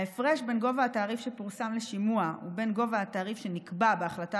ההפרש בין גובה התעריף שפורסם לשימוע ובין גובה התעריף שנקבע בהחלטה